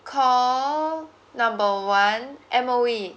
call number one M_O_E